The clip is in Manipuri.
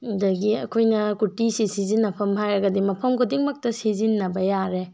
ꯑꯗꯨꯗꯒꯤ ꯑꯩꯈꯣꯏꯅ ꯀꯨꯔꯇꯤꯁꯤ ꯁꯤꯖꯤꯟꯅꯐꯝ ꯍꯥꯏꯔꯒꯗꯤ ꯃꯐꯝ ꯈꯨꯗꯤꯡꯃꯛꯇ ꯁꯤꯖꯤꯟꯅꯕ ꯌꯥꯔꯦ